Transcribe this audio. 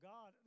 God